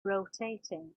rotating